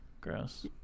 Gross